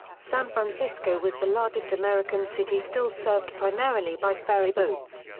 san francisco was the largest american city still served primarily by ferry boats.